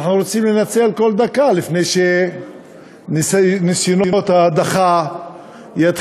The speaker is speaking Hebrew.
ואנחנו רוצים לנצל כל דקה לפני שניסיונות ההדחה יתחילו,